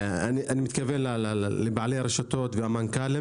אני מתכוון לבעלי הרשתות והמנכ"לים